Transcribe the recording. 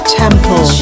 temple